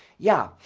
yeah.